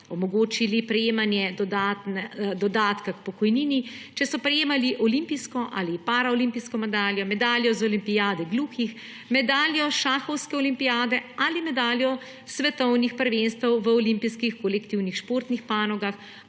omogočil prejemanje dodatka k pokojnini, če so prejeli olimpijsko ali paraolimpijsko medaljo, medaljo z olimpijade gluhih, medaljo s šahovske olimpijade ali medaljo s svetovnih prvenstev v olimpijskih kolektivnih športnih panogah